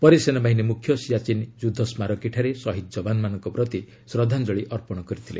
ପରେ ସେନାବାହିନୀ ମୁଖ୍ୟ ସିଆଚୀନ୍ ଯୁଦ୍ଧସ୍କାରକୀଠାରେ ସହିଦ ଯବାନମାନଙ୍କ ପ୍ରତି ଶ୍ରଦ୍ଧାଞ୍ଜଳୀ ଅର୍ପଣ କରିଥିଲେ